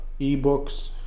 ebooks